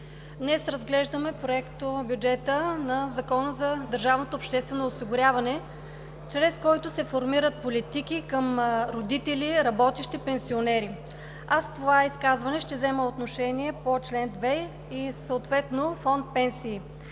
Днес разглеждаме Проектозакона за бюджета на държавното обществено осигуряване, чрез който се формират политики към родители и работещи пенсионери. В това изказване ще взема отношение по чл. 2 и съответно фонд „Пенсии“.